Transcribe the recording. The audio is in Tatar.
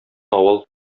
авыл